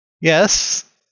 Yes